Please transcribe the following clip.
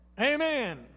Amen